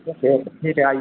तो फिर ठीक है आइए